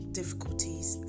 difficulties